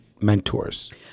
mentors